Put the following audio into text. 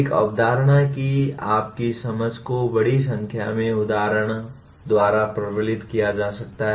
एक अवधारणा की आपकी समझ को बड़ी संख्या में उदाहरणों द्वारा प्रबलित किया जा सकता है